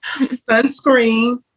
Sunscreen